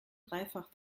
dreifach